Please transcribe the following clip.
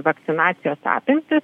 vakcinacijos apimtys